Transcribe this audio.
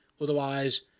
Otherwise